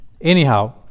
Anyhow